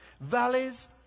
Valleys